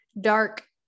dark